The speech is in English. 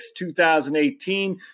2018